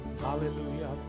hallelujah